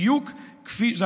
זה,